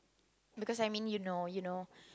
because I mean you know you know